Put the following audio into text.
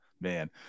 man